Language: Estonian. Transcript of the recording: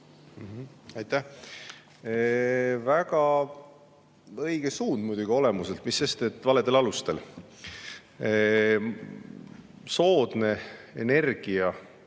väga õige suund olemuselt, mis sest, et valedel alustel. Soodne energia